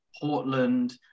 Portland